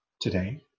Today